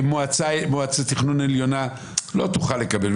מועצת תכנון עליונה לא תוכל לקבל.